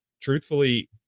truthfully